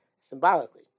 symbolically